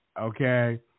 Okay